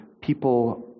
people